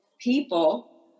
people